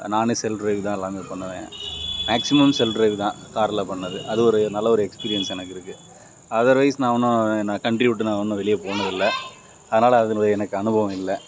நானே self drive தான் லாங்கில் பண்ணுவேன் மேக்ஸிமம் செல்ஃப் ட்ரைவ் தான் காரில் பண்ணது அது ஒரு நல்ல ஒரு எக்ஸ்பீரியன்ஸ் எனக்கு இருக்குது அதர்வைஸ் நான் இன்னும் நான் கண்ட்ரியை விட்டு நான் இன்னும் வெளியே போனது இல்லை அதனால அதில் எனக்கு அனுபவம் இல்லை